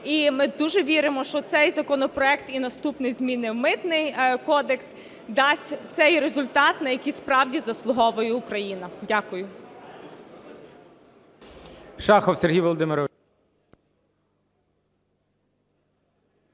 і ми дуже віримо, що цей законопроект і наступний, зміни в Митний кодекс, дасть цей результат, на який справді заслуговує Україна. Дякую.